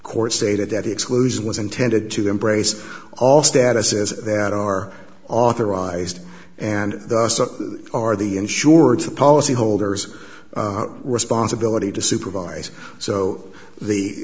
court stated that the exclusion was intended to embrace all statuses that are authorized and thus are the insurance of policyholders responsibility to supervise so the